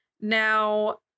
Now